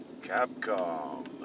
Capcom